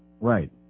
Right